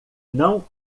não